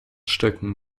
stücken